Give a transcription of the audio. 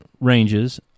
ranges